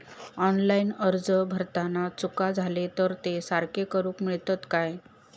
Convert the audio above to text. Online अर्ज भरताना चुका जाले तर ते सारके करुक मेळतत काय?